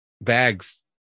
bags